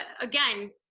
again